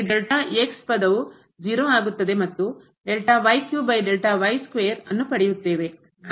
ಆದ್ದರಿಂದ ಈ ಪದವು 0 ಆಗುತ್ತದೆ ಮತ್ತು ನಾವು ಅನ್ನು ಪಡೆಯುತ್ತೇವೆ